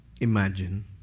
imagine